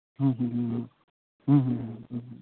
ᱦᱩᱸ ᱦᱩᱸ ᱦᱩᱸ ᱦᱩᱸ ᱦᱩᱸ ᱦᱩᱸ ᱦᱩᱸ ᱦᱩᱸ